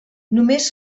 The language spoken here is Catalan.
només